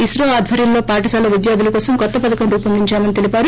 ఇస్రో ఆధ్వర్యంలో పాఠశాల విద్యార్లుల కోసం కొత్త పథకం రూపొందించామని తెలిపారు